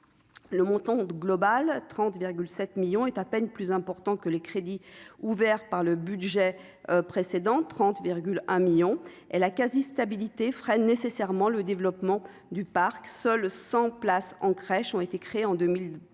le montant global trente 7 millions est à peine plus important que les crédits ouverts par le budget précédent 30 1 1000000 et la quasi-stabilité freine nécessairement le développement du parc, seuls 100 places en crèches ont été créées en 2022,